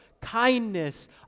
kindness